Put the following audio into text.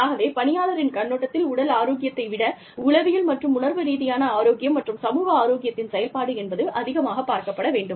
ஆகவே பணியாளரின் கண்ணோட்டத்தில் உடல் ஆரோக்கியத்தை விட உளவியல் மற்றும் உணர்வு ரீதியான ஆரோக்கியம் மற்றும் சமூக ஆரோக்கியத்தின் செயல்பாடு என்பது அதிகமாகப் பார்க்கப்பட வேண்டும்